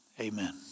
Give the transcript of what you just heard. amen